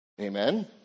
Amen